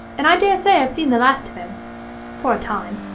and i dare say i've seen the last of him for a time